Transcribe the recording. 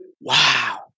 Wow